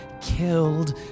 killed